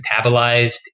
metabolized